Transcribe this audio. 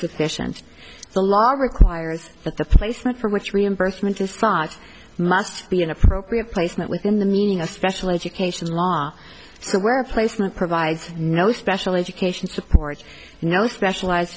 sufficient the law requires that the placement for which reimbursement is spot must be an appropriate placement within the meaning of special education law so where placement provides no special education support and no specialized